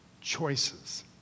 Choices